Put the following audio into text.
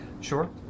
Sure